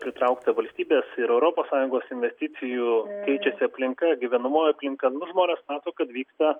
pritraukta valstybės ir europos sąjungos investicijų keičiasi aplinka gyvenamoji aplinka nu žmonės mato kad vyksta